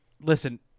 Listen